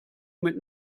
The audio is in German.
mit